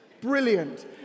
Brilliant